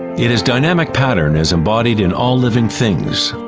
it is dynamic pattern as embodied in all living things.